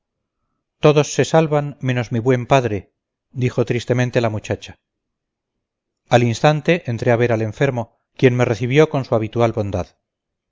todos se salvan menos mi buen padre dijo tristemente la muchacha al instante entré a ver al enfermo quien me recibió con su habitual bondad